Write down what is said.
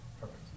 Perfect